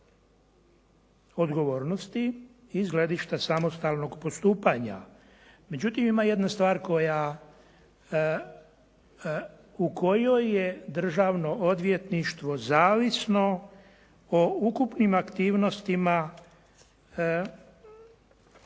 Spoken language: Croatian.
odgovornosti i iz gledišta samostalnog postupanja. Međutim ima jedna stvar u kojoj je Državno odvjetništvo zavisno o ukupnim aktivnostima